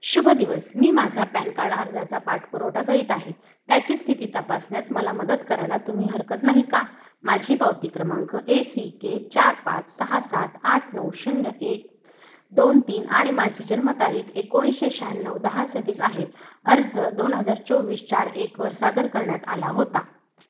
शुभ दिवस मी माझा पॅन कार्ड अर्जाचा पाठपुरावा करीत आहे त्याची स्थिती तपासण्यात मला मदत करायला तुम्ही हरकत नाही का माझी पावती क्रमांक ए सी के चार पाच सहा सात आठ नऊ शून्य एक दोन तीन आणि माझी जन्मतारीख एकोणीसशे शहाण्णव दहा सव्वीस आहे अर्ज दोन हजार चोवीस चार एकवर सादर करण्यात आला होता